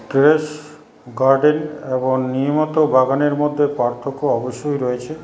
terrace garden এবং নিয়মিত বাগানের মধ্যে পার্থক্য অবশ্যই রয়েছে